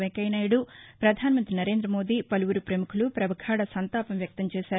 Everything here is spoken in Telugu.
వెంకయ్యనాయుడు ప్రధానమంతి నరేంద్రమోదీ పలువురు ప్రపముఖులు ప్రపగాధ సంతాపం వ్యక్తం చేశారు